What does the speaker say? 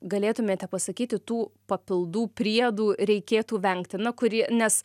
galėtumėte pasakyti tų papildų priedų reikėtų vengti na kurie nes